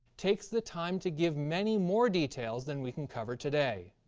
takes the time to give many more details than we can cover today.